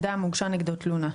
הוגשה תלונה נגד בן אדם תלונה,